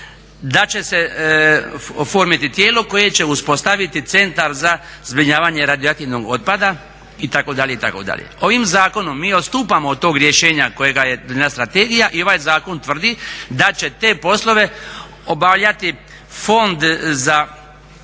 da će se oformiti tijelo koje će uspostaviti centar za zbrinjavanje radioaktivnog otpada itd., itd.. Ovim zakonom mi odstupamo od tog rješenja kojega je donijela strategija i ovaj zakon tvrdi da će te poslove obavljati Fond za